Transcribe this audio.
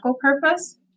purpose